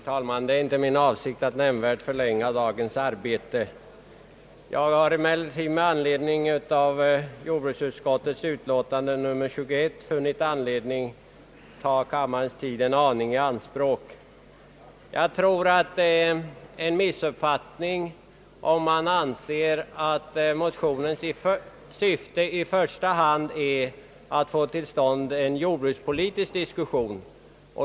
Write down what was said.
Herr talman! Det är inte min avsikt att nämnvärt förlänga dagens arbete. Jag har emellertid med anledning av jordbruksutskottets utlåtande nr 21 funnit anledning att ta kammarens tid en aning i anspråk. Det är en missuppfattning om man anser att motionens syfte i första hand är att få till stånd en jordbrukspolitisk diskussion.